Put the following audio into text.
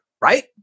right